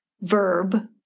verb